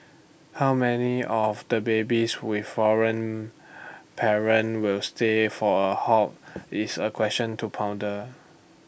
how many of the babies with foreign parent will stay for A long haul is A question to ponder